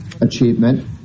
achievement